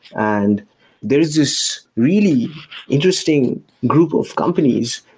and there is this really interesting group of companies,